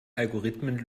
algorithmen